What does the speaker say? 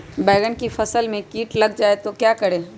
बैंगन की फसल में कीट लग जाए तो क्या करें?